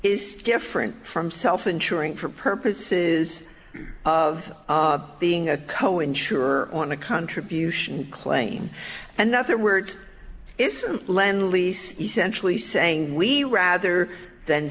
is different from self insuring for purposes of being a cohen sure on a contribution claim another words isn't lend lease essentially saying we rather than